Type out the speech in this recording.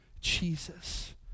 Jesus